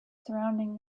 surrounding